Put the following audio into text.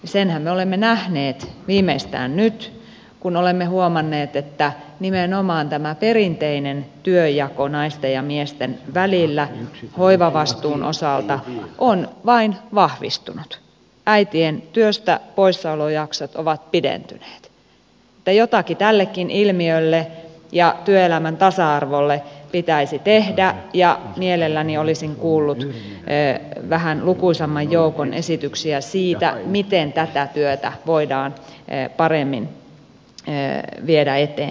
senhän me olemme nähneet viimeistään nyt kun olemme huomanneet että nimenomaan tämä perinteinen työnjako naisten ja miesten välillä hoivavastuun osalta on vain vahvistunut äitien työstäpoissaolojaksot ovat pidentyneet että jotakin tällekin ilmiölle ja työelämän tasa arvolle pitäisi tehdä ja mielelläni olisin kuullut vähän lukuisamman joukon esityksiä siitä miten tätä työtä voidaan paremmin viedä eteenpäin